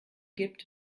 gibt